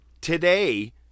today